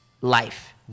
life